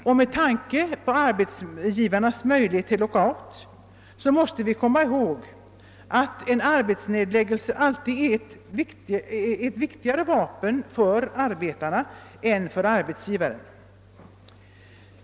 Och med tanke på arbetsgivarens möjlighet till lockout måste vi komma ihåg att en arbetsnedläggelse alltid är ett viktigare vapen för arbetaren än för arbetsgivaren.